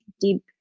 deep